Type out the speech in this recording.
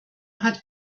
hat